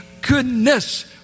goodness